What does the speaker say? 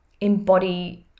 embody